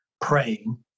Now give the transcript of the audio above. praying